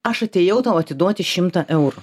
aš atėjau tau atiduoti šimtą eurų